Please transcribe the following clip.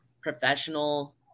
professional